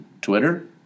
Twitter